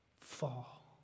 fall